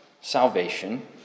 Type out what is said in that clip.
Salvation